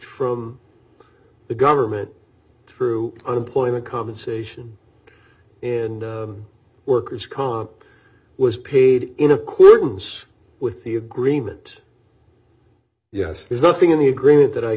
from the government through unemployment compensation and worker's comp was paid in accordance with the agreement yes there's nothing in the agreement that i